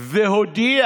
והודיע